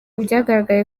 byagaragaye